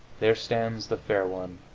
there stands the fair one,